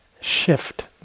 shift